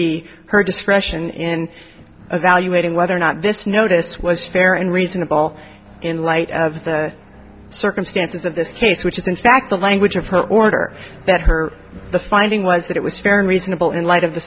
be her discretion in evaluating whether or not this notice was fair and reasonable in light of the circumstances of this case which is in fact the language of her order that her the finding was that it was fair and reasonable in light of the